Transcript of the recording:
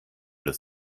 das